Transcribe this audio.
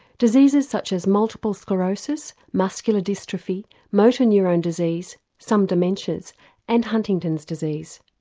diseases such as multiple sclerosis, muscular dystrophy, motor neurone disease, some dementias and huntington's disease.